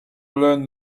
learn